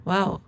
Wow